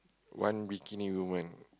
one bikini woman